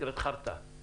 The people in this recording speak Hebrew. שנקראת חרטא.